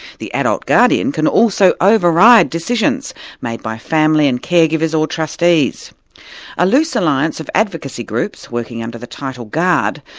the adult guardian can also over-ride decisions made by family and care-givers or trustees. a loose alliance of advocacy groups, working under the title gard,